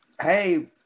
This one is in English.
Hey